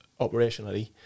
operationally